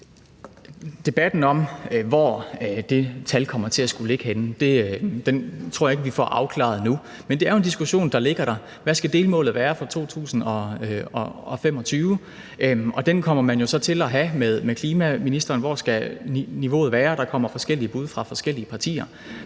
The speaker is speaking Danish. Debatten om, hvor det tal skal ligge henne, tror jeg ikke vi får afklaret nu. Men det er jo en diskussion, der ligger her, altså hvad delmålet skal være for 2025. Og den kommer man jo så til at have med klimaministeren, altså i forhold til hvad niveauet skal være, og der kommer forskellige bud fra forskellige partier